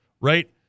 right